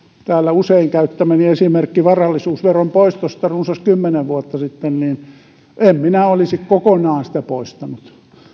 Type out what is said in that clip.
täällä usein käyttämäni esimerkki varallisuusveron poistosta runsas kymmenen vuotta sitten en minä olisi kokonaan sitä poistanut